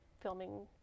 filming